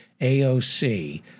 AOC